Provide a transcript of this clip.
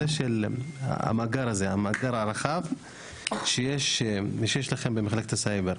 של המאגר הרחב שיש לכם במחלקת הסייבר?